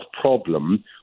problem